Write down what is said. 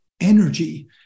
energy